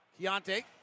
Keontae